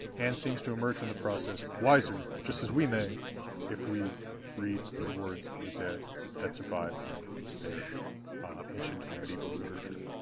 and seems to emerge from the process wiser, just as we may if we read the words of the dead that survived in their ancient and medieval literature.